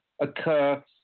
occur